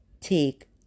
take